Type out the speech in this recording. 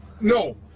No